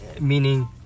Meaning